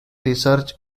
research